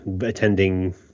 attending